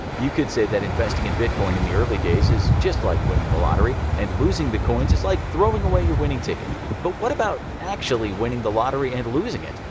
you could say that investing in bitcoin in the early days is just like winning the lottery, and losing the coins is like throwing away your winning ticket. but what about actually winning the lottery and losing it?